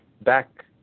back